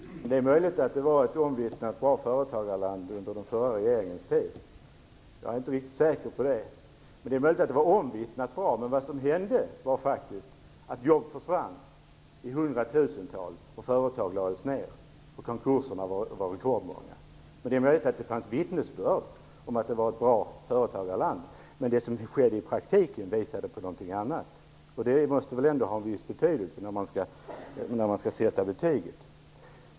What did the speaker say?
Fru talman! Det är möjligt att Sverige var ett omvittnat bra företagarland under den förra regeringens tid. Jag är dock inte riktigt säker på det. Vad som hände var faktiskt att jobb försvann i hundratusental, företag lades ner och konkurserna var rekordmånga. Det är möjligt att det finns vittnesbörd om att Sverige var ett bra företagarland, men det som skedde i praktiken visade på något annat. Det måste väl ändå ha en viss betydelse när man skall sätta betyget.